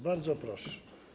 Bardzo proszę.